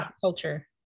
culture